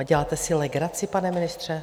Děláte si legraci, pane ministře?